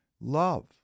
Love